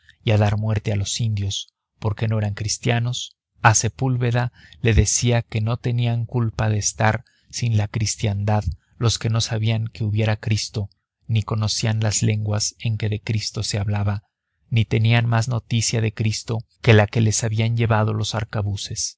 y a dar muerte a los indios porque no eran cristianos a sepúlveda le decía que no tenían culpa de estar sin la cristiandad los que no sabían que hubiera cristo ni conocían las lenguas en que de cristo se hablaba ni tenían más noticia de cristo que la que les habían llevado los arcabuces